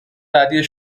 بعدی